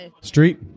Street